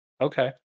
okay